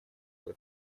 этом